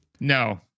No